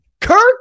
Kirk